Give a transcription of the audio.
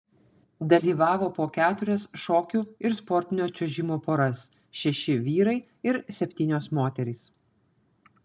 dalyvavo po keturias šokių ir sportinio čiuožimo poras šeši vyrai ir septynios moterys